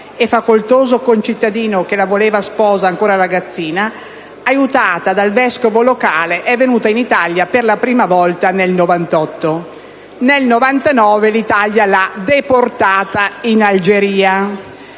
e facoltoso concittadino che la voleva in sposa ancora ragazzina. Tina, aiutata dal vescovo locale, è venuta in Italia per la prima volta nel 1998. Nel 1999 l'Italia, però, l'ha deportata in Nigeria